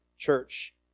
church